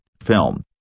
film